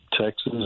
Texas